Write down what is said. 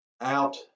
out